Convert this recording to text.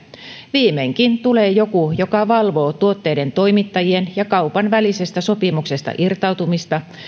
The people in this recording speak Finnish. viimeinkin tulee joku joka valvoo tuotteiden toimittajien ja kaupan välisestä sopimuksesta irtautumista